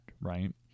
right